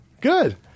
Good